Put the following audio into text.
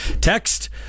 text